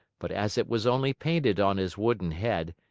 but as it was only painted on his wooden head,